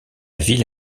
ville